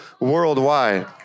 worldwide